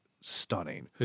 stunning